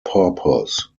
purpose